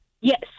Yes